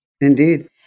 Indeed